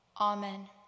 Amen